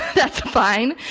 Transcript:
that's fine.